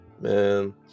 Man